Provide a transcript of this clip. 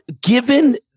given